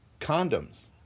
condoms